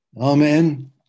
Amen